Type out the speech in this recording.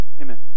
amen